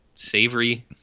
savory